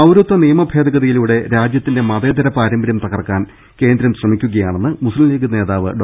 പൌരത്വ നിയമ ഭേദഗതിയിലൂടെ രാജ്യത്തിന്റെ മതേതര പാരമ്പര്യം തകർക്കാൻ കേന്ദ്രം ശ്രമിക്കുകയാണെന്ന് മുസ്ലിം ലീഗ് നേതാവ് ഡോ